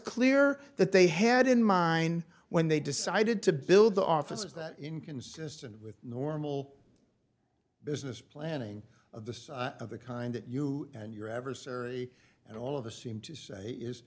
clear that they had in mind when they decided to build the offices inconsistent with normal business planning of this of the kind that you and your adversary and all of us seem to say is